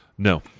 No